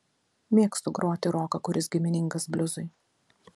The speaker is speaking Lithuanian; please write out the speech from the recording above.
mėgstu groti roką kuris giminingas bliuzui